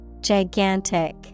Gigantic